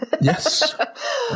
Yes